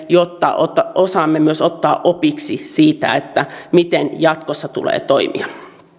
jotta jotta osaamme myös ottaa opiksi siitä miten jatkossa tulee toimia